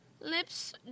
Lips